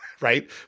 right